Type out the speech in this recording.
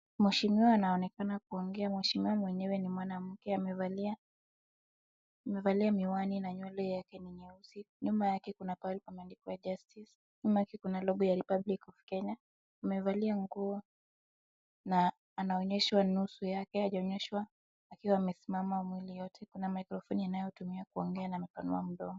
Mheshimiwa anaonekana kuongea. Mheshimiwa mwenyewe ni mwanamke amevaa miiwani na nywele yake ni nyeusi. Nyuma yake kuna pale pameandikwa " Justice ". Nyuma yake kuna logo ya Republic of Kenya . Amevalia nguo na anaonyeshwa nusu yake. Haijaonyeshwa akiwa amesimama mwili yote. Kuna mikrofoni anayotumia kuongea na amepanua mdomo.